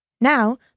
Now